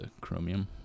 chromium